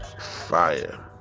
Fire